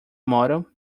model